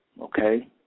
okay